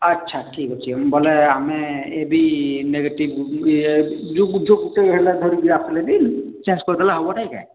ଆଚ୍ଛା ଠିକ୍ ଅଛି ବୋଲେ ଆମେ ଏ ବି ନେଗେଟିଭ୍ ଯେଉଁ ଗୁଟେ ହେଲା ଧରିକିରି ଆସିଲେ ବି ଚେଞ୍ଜ କରିଦେଲେ ହେବ ନାଇଁ କା